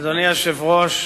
אדוני היושב-ראש,